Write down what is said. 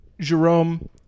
Jerome